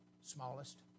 smallest